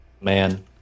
Man